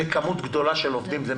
זה מספר גדול של עובדים.